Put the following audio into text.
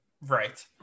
right